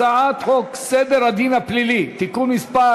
הצעת חוק סדר הדין הפלילי (תיקון מס'